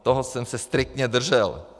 Toho jsem se striktně držel.